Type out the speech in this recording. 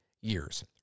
years